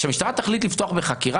כשהמשטרה תחליט לפתוח בחקירה,